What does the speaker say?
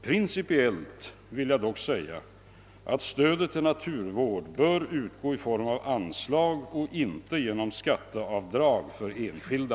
Principiellt vill jag dock säga att stödet till naturvård bör utgå i form av anslag och inte genom skatteavdrag för enskilda.